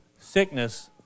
sickness